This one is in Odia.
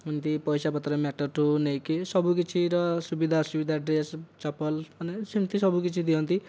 ମୁଁ ଏମିତି ପଇସା ପତ୍ର ମ୍ୟାଟର ଠୁ ନେଇକି ସବୁ କିଛିର ସୁବିଧା ଅସୁବିଧା ଡ୍ରେସ ଚପଲ ମାନେ ସେମିତି ସବୁ କିଛି ଦିଅନ୍ତି